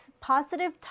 positive